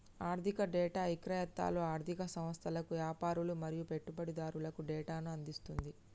ఆర్ధిక డేటా ఇక్రేతలు ఆర్ధిక సంస్థలకు, యాపారులు మరియు పెట్టుబడిదారులకు డేటాను అందిస్తుంది